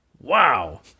Wow